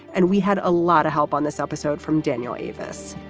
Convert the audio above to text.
and we had a lot of help on this episode from daniel davis.